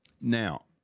Now